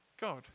God